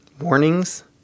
warnings